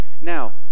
Now